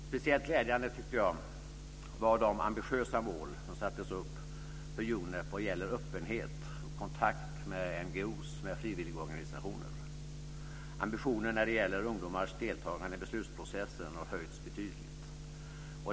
Speciellt glädjande var, tycker jag, de ambitiösa mål som sattes upp för UNEP vad gäller öppenhet och kontakt med frivilligorganisationer. Ambitionen när det gäller ungdomars deltagande i beslutsprocessen har höjts betydligt.